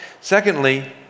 secondly